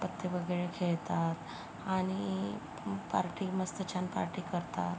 पत्ते वगैरे खेळतात आणि पार्टी मस्त छान पार्टी करतात